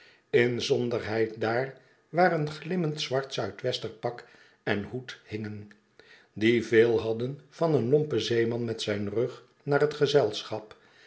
inzonderheid daar waar een glimmend zwart zuidwester pak en hoed hingen die veel hadden van een plompen zeeman met zijn rug naar het gezelschap